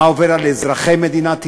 מה עובר על אזרחי מדינת ישראל,